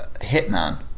hitman